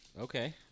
Okay